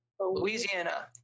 Louisiana